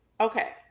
okay